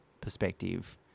perspective